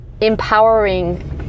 empowering